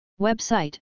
Website